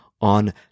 on